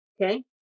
okay